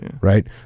right